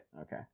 Okay